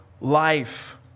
life